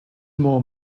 more